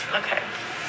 okay